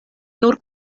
nur